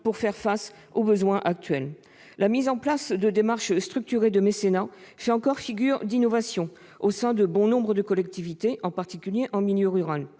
pour faire face aux besoins actuels. La mise en place de démarches structurées de mécénat fait encore figure d'innovation au sein de nombre de collectivités, en particulier en milieu rural.